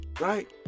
right